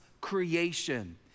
creation